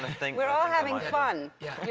think. we're all having fun. yeah.